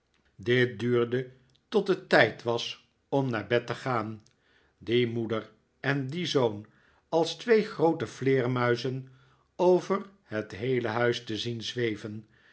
dit duurde tot het tijd was om naar bed te gaan die moeder en dien zoon als twee groote vleermuizen over het heele huis te zien zweven